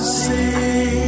see